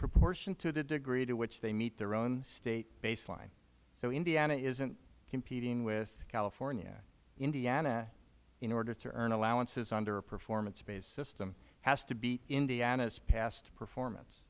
proportion to the degree to which they meet their own state's baseline so indiana isn't competing with california indiana in order to earn allowances under a performance based system has to beat indiana's past performance